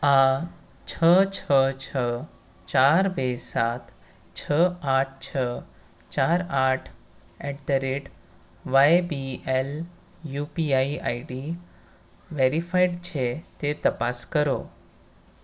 આ છ છ છ ચાર બે સાત છ આઠ છ ચાર આઠ at the rate Y B L UPI ID verified છે તે તપાસ કરો